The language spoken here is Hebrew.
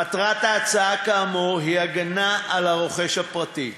מטרת ההצעה כאמור היא הגנה על הרוכש הפרטי.